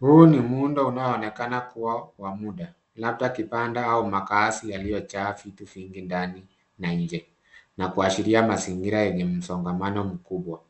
Huu ni muundo unaoonekana kuwa wa muda labda kibanda au makazi yaliyojaa vitu vingi ndani na nje na kuashiria mazingira yenye msongamano mkubwa.